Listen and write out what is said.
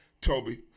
Toby